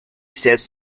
steps